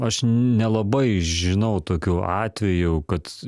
aš nelabai žinau tokių atvejų kad